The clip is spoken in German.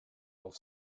auf